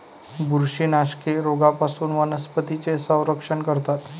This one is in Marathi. बुरशीनाशके रोगांपासून वनस्पतींचे संरक्षण करतात